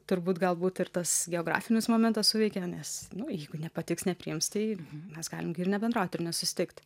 turbūt galbūt ir tas geografinis momentas suveikė nes nu jeigu nepatiks nepriims tai mes galim gi ir nebendraut ir nesusitikt